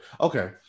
okay